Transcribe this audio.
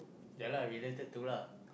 ya lah related to lah